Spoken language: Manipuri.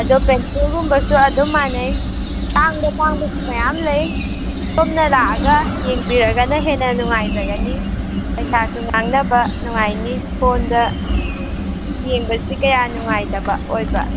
ꯑꯗꯣ ꯄꯦꯟꯁꯤꯜꯒꯨꯝꯕꯁꯨ ꯑꯗꯨꯝ ꯃꯥꯟꯅꯩ ꯇꯥꯡꯕ ꯇꯥꯡꯕꯁꯨ ꯃꯌꯥꯝ ꯂꯩ ꯁꯣꯝꯅ ꯂꯥꯛꯑꯒ ꯌꯦꯡꯕꯤꯔꯒꯅ ꯍꯦꯟꯅ ꯅꯨꯡꯉꯥꯏꯖꯒꯅꯤ ꯄꯩꯁꯥꯁꯨ ꯉꯥꯡꯅꯕ ꯅꯨꯡꯉꯥꯏꯅꯤ ꯐꯣꯟꯗ ꯌꯦꯡꯕꯁꯤ ꯀꯌꯥ ꯅꯨꯡꯉꯥꯏꯇꯕ ꯑꯣꯏꯕ